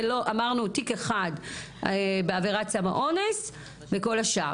אמרנו תיק אחד בעבירת סם האונס וכל השאר.